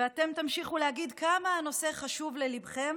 ואתם תמשיכו להגיד כמה הנושא חשוב לליבכם